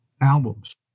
albums